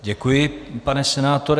Děkuji, pane senátore.